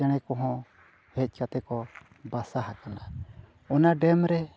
ᱪᱮᱬᱮ ᱠᱚᱦᱚᱸ ᱦᱮᱡ ᱠᱟᱛᱮᱫ ᱠᱚ ᱵᱟᱥᱟ ᱟᱠᱟᱱᱟ ᱚᱱᱟ ᱨᱮ